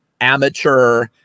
amateur